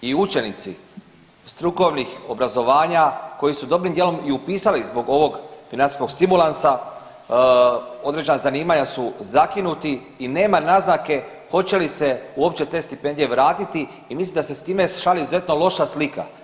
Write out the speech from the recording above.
I učenici strukovnih obrazovanja koji su dobrim dijelom i upisali zbog ovog financijskog stimulansa određena zanimanja su zakinuti i nema naznake hoće li se uopće te stipendije vratiti i mislim da se s time šalje izuzetno loša slika.